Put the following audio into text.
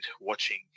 watching